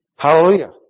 Hallelujah